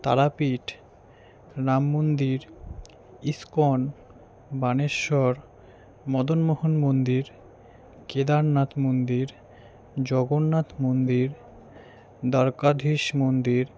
তারাপীঠ রাম মন্দির ইসকন বানেশ্বর মদনমোহন মন্দির কেদারনাথ মন্দির জগন্নাথ মন্দির দ্বারকাধীশ মন্দির